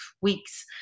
weeks